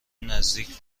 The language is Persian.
نزدیک